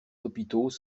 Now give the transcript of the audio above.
hôpitaux